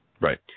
Right